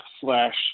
slash